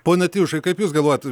pone tiušai kaip jūs galvojat